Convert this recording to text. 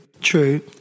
True